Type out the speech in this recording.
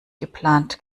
geplant